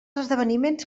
esdeveniments